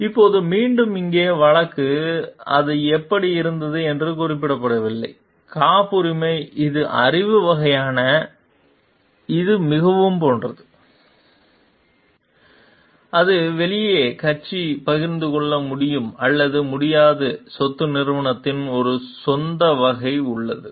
இப்போது மீண்டும் இங்கே வழக்கு அது எப்படி இருந்தது என்று குறிப்பிடவில்லை காப்புரிமை இது அறிவு வகையான இது மிகவும் போன்ற அது வெளியே கட்சி பகிர்ந்து கொள்ள முடியும் அல்லது முடியாது சொத்து நிறுவனத்தின் ஒரு சொந்த வகை உள்ளது